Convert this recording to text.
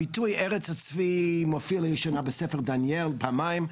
הביטוי 'ארץ הצבי' מופיע לראשונה בספר דניאל פעמיים,